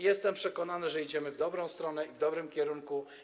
Jestem przekonany, że idziemy w dobrą stronę, w dobrym kierunku.